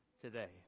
today